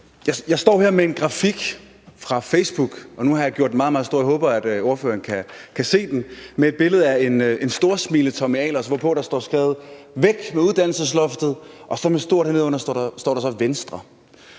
Jeg står her med en grafik fra Facebook – nu har jeg gjort den meget, meget stor, så jeg håber, at ordføreren kan se den – med et billede af en storsmilende Tommy Ahlers, hvorpå der står skrevet: Væk med uddannelsesloftet. Og med stort nedenunder står der: Venstre.